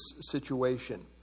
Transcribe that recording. situation